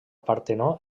partenó